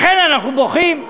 לכן אנחנו בוכים.